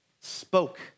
spoke